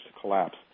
collapse